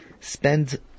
Spend